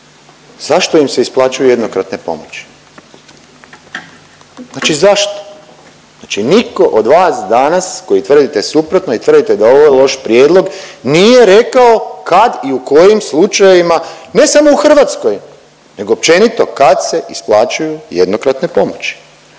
zašto im se isplaćuju jednokratne pomoći? Znači zašto? Znači nitko od vas danas koji tvrdite suprotno i tvrdite da ovo je loš prijedlog nije rekao kad i u kojim slučajevima, ne samo u Hrvatskoj, nego općenito, kad se isplaćuju jednokratne pomoći.